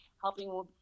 helping